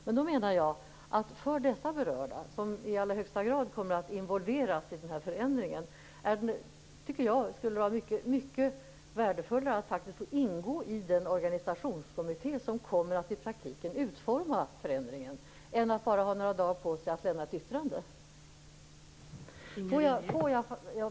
Jag menar att det för dessa berörda, som i allra högsta grad kommer att involveras i förändringen, skulle vara mycket värdefullare att få ingå i den organisationskommitté som i praktiken kommer att utforma förändringen än att bara ha några dagar på sig att lämna ett yttrande.